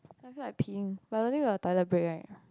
I feel like peeing but I don't think we got toilet break right